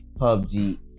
PUBG